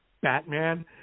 Batman